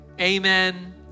Amen